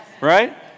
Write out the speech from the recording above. Right